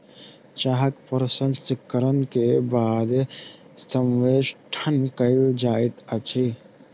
चाहक प्रसंस्करण के बाद संवेष्टन कयल जाइत अछि